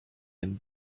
him